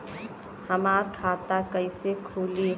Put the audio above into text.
हमार खाता कईसे खुली?